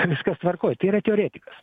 viskas tvarkoj tai yra teoretikas